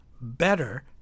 better